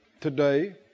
today